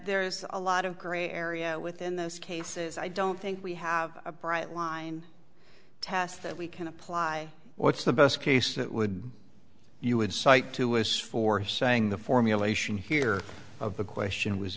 there's a lot of gray area within those cases i don't think we have a bright line test that we can apply what's the best case that would you would cite to us for saying the formulation here of the question was